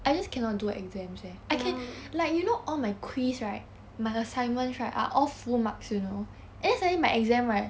ya